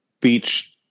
beach